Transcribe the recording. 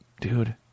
dude